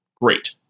Great